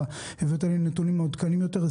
הבאת היום נתונים מעודכנים יותר,